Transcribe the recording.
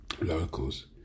locals